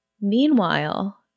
Meanwhile